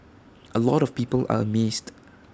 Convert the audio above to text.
A lot of people are amazed